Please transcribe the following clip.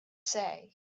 say